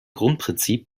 grundprinzip